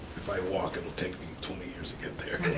if i walk it'll take me twenty years to get there.